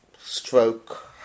stroke